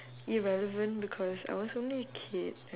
irrelevant because I was only a kid